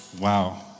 Wow